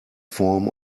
form